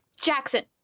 Jackson